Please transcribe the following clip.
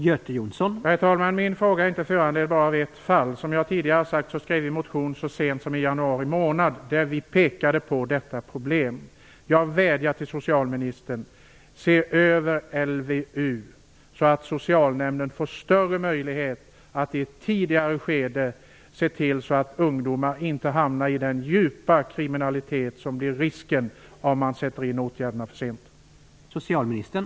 Herr talman! Min fråga är inte föranledd av bara ett fall. Som jag tidigare sade skrev vi så sent som i januari månad en motion, där vi pekade på detta problem. Jag vädjar till socialministern: Se över LVU, så att socialnämnden får större möjlighet att i ett tidigare skede se till att ungdomar inte hamnar i den djupa kriminalitet som blir risken om man sätter in åtgärderna för sent.